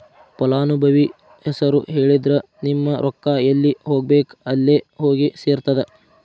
ಫಲಾನುಭವಿ ಹೆಸರು ಹೇಳಿದ್ರ ನಿಮ್ಮ ರೊಕ್ಕಾ ಎಲ್ಲಿ ಹೋಗಬೇಕ್ ಅಲ್ಲೆ ಹೋಗಿ ಸೆರ್ತದ